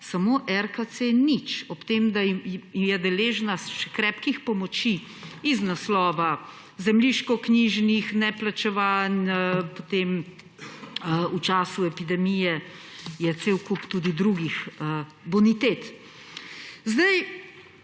samo RKC nič, ob tem, da je deležna krepkih pomoči iz naslova zemljiškoknjižnih neplačevanj, v času epidemije ima cel kup tudi drugih bonitet. Okej,